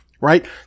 right